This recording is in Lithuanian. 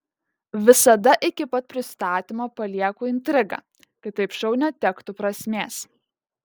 visada iki pat pristatymo palieku intrigą kitaip šou netektų prasmės